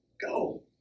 go